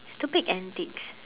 stupid antics